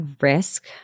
risk